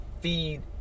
feed